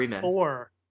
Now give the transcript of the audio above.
four